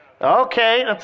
Okay